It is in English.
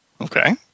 Okay